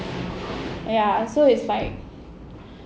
ya so it's like